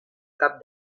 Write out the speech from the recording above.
cap